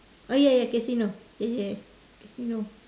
oh ya ya casino ya ya ya casino